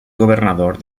governador